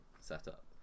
setup